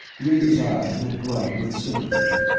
ringg's eyes were bright with sympathy.